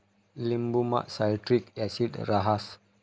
लिंबुमा citric acid रहास